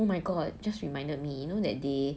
oh my god you just reminded me you know that day